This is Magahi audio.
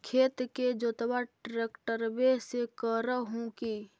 खेत के जोतबा ट्रकटर्बे से कर हू की?